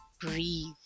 breathe